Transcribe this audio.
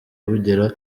bugera